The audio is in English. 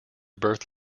birth